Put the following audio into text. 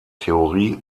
theorie